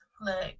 look